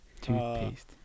Toothpaste